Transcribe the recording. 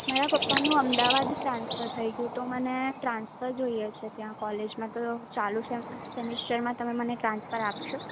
મારા પપ્પાનું અમદાવાદ ટ્રાન્સફર થઈ ગયું તો મને ટ્રાન્સફર જોઈએ છે ત્યાં કોલેજમાં તો ચાલુ સેમ સેમિસ્ટરમાં તમે મને ટ્રાન્સફર આપશો